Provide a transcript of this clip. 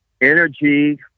energy